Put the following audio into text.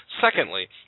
secondly